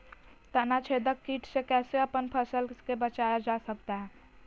तनाछेदक किट से कैसे अपन फसल के बचाया जा सकता हैं?